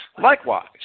likewise